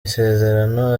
isezerano